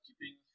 keeping